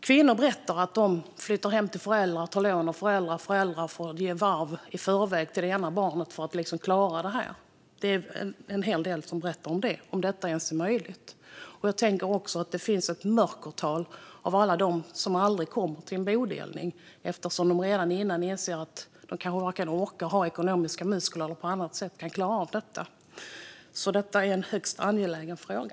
Kvinnor berättar att de flyttar hem till sina föräldrar, att de tar lån och att deras föräldrar får ge arv i förväg till det ena barnet för att de ska klara detta - om det ens är möjligt. Jag tänker också att det finns ett mörkertal av alla som aldrig kom till en bodelning eftersom de redan i förväg insåg att de varken hade ekonomiska muskler eller på andra sätt skulle klara av detta. Därför är det här en högst angelägen fråga.